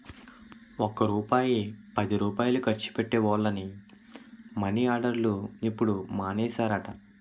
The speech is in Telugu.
ఒక్క రూపాయి పదిరూపాయలు ఖర్చు పెట్టే వోళ్లని మని ఆర్డర్లు ఇప్పుడు మానేసారట